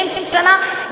70 שנה,